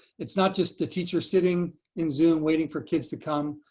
it's not just the teacher sitting in zoom waiting for kids to come.